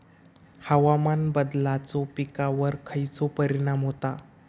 हवामान बदलाचो पिकावर खयचो परिणाम होता?